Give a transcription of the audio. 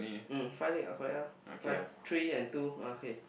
um five leg ah correct ah five three and two ah okay